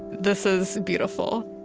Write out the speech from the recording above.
this is beautiful.